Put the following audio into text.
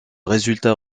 résultat